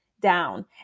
Down